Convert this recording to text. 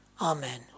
Amen